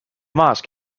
mosque